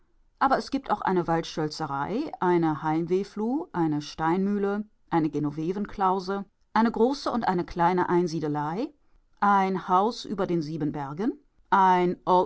aber es gibt auch eine waldschölzerei eine heimwehfluh eine steinmühle eine genovevenklause eine große und eine kleine einsiedelei ein haus über den sieben bergen ein